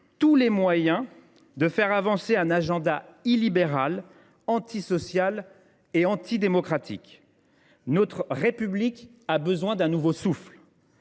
tous les moyens de faire avancer un agenda illibéral, antisocial et antidémocratique. Notre République a besoin d’un nouveau souffle